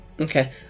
Okay